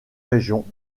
régions